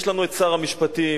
יש לנו שר המשפטים,